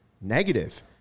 negative